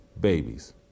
babies